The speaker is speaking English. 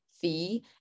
fee